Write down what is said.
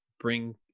bring